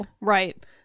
Right